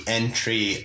entry